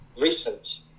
recent